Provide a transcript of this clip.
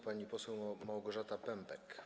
Pani poseł Małgorzata Pępek.